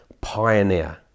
pioneer